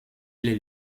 les